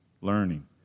learning